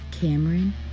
Cameron